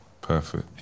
Perfect